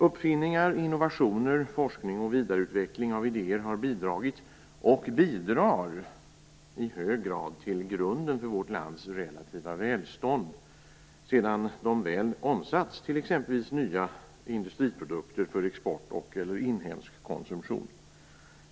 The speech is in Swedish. Uppfinningar, innovationer, forskning och vidareutveckling av idéer har bidragit - och bidrar - i hög grad till grunden för vårt lands relativa välstånd sedan de väl omsatts till exempelvis nya industriprodukter för export och/eller inhemsk konsumtion.